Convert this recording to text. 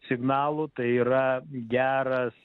signalų tai yra geras